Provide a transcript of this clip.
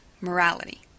morality